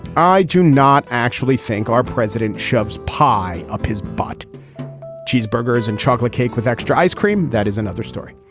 i do not actually think our president shoves pie up his butt cheeseburgers and chocolate cake with extra ice cream. that is another story.